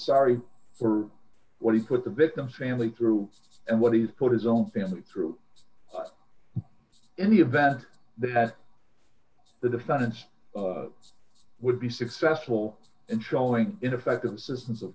sorry for what he put the victim's family through and what he's put his own family through in the event that the defendants would be successful in showing ineffective assistance of